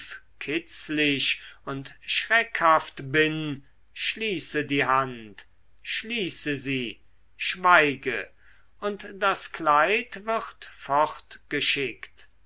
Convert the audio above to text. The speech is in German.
kitzlich und schreckhaft bin schließe die hand schließe sie schweige und das kleid wird